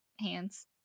hands